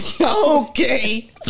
okay